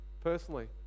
personally